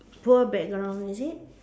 poor background is it